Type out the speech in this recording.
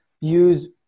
use